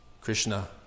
Krishna